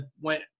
went